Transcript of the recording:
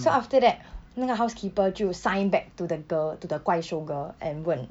so after that 那个 housekeeper 就 sign back to the girl to the 怪兽 girl and 问